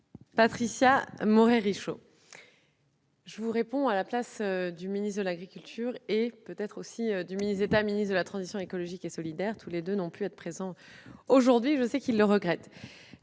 Patricia Morhet-Richaud, je vous réponds à la place du ministre de l'agriculture et de l'alimentation et du ministre d'État, ministre de la transition écologique et solidaire, aucun d'entre eux n'ayant pu être présent aujourd'hui, ce qu'ils regrettent.